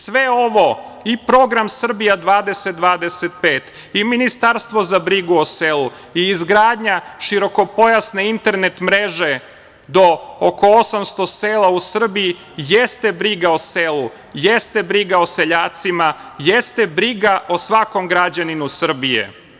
Sve ovo, i Program Srbija 20-25 i Ministarstvo za brigu o selu i izgradnja širokopojasne internet mreže, do oko 800 sela u Srbiji jeste briga o selu, jeste briga o seljacima, jeste briga o svakom građaninu Srbije.